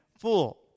full